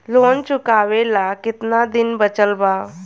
Loan चुकावे ला कितना दिन बचल बा?